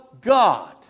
God